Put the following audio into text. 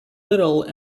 little